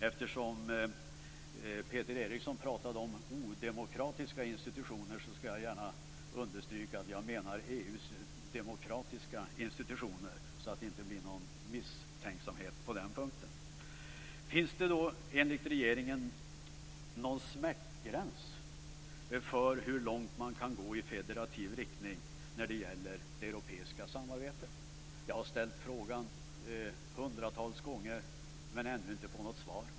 Eftersom Peter Eriksson talade om "odemokratiska institutioner" vill jag understryka att jag avser EU:s demokratiska institutioner, så att det inte blir något missförstånd på den punkten. Finns det då enligt regeringen någon smärtgräns för hur långt man kan gå i federativ riktning när det gäller det europeiska samarbetet? Jag har ställt den frågan hundratals gånger, men ännu inte fått något svar.